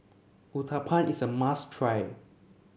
Uthapam is a must try